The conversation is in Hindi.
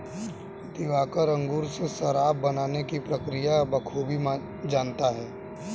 दिवाकर अंगूर से शराब बनाने की प्रक्रिया बखूबी जानता है